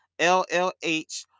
LLH